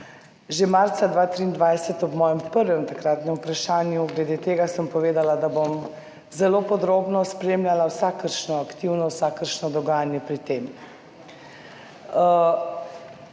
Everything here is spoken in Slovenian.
že marca 2023 ob takrat mojem prvem vprašanju glede tega sem povedala, da bom zelo podrobno spremljala vsakršno aktivnost, vsakršno dogajanje pri tem.